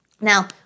Now